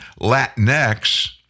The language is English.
Latinx